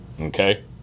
okay